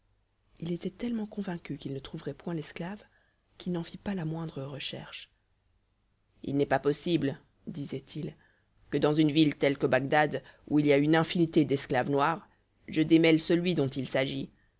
il était tellement convaincu qu'il ne trouverait point l'esclave qu'il n'en fit pas la moindre recherche il n'est pas possible disait-il que dans une ville telle que bagdad où il y a une infinité d'esclaves noirs je démêle celui dont il s'agit